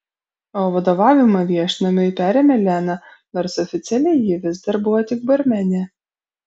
o vadovavimą viešnamiui perėmė lena nors oficialiai ji vis dar buvo tik barmenė